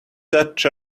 such